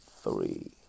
three